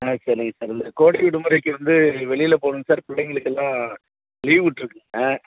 ஆ சரிங்க சார் இந்த கோடை விடுமுறைக்கு வந்து வெளியிலப் போகணுங்க சார் பிள்ளைங்களுக்கெல்லாம் லீவ் விட்டுருக்குங்க